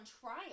trial